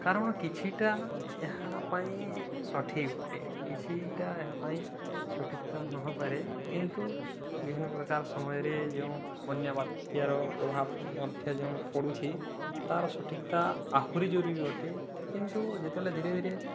କାରଣ କିଛିଟା ଏହା ପାଇଁ ସଠିକ୍ ଅଟେ କିଛିଟା ଏହା ପାଇଁ ସଠିକତା ନପାରେ କିନ୍ତୁ ବିଭିନ୍ନ ପ୍ରକାର ସମୟରେ ଯେଉଁ ବନ୍ୟା ବାତ୍ୟାର ପ୍ରଭାବ ମଧ୍ୟ ଯେଉଁ ପଡ଼ୁଛି ତା'ର ସଠିକତା ଆହୁରି ଜରୁରୀ ଅଟେ କିନ୍ତୁ ଯେତେବେଳେ ଧୀରେ ଧୀରେ